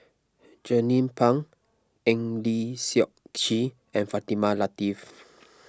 Jernnine Pang Eng Lee Seok Chee and Fatimah Lateef